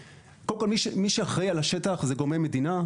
קודם כל מי שאחראי על השטח זה גורמי מדינה,